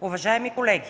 Уважаеми колеги,